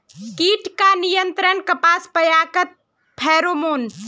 कीट का नियंत्रण कपास पयाकत फेरोमोन?